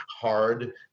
hard